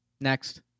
Next